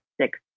six